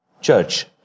church